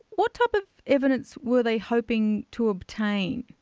what type of evidence were they hoping to obtain?